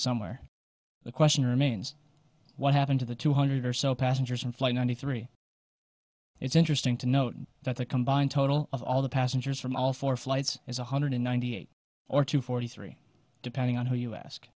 somewhere the question remains what happened to the two hundred or so passengers on flight ninety three it's interesting to note that the combined total of all the passengers from all four flights is one hundred ninety eight or two forty three depending on who you ask